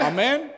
Amen